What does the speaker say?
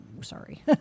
sorry